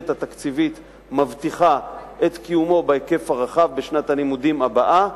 התקציבית מבטיחה את קיומו בהיקף רחב בשנת הלימודים הבאה,